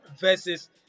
versus